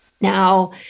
Now